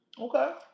Okay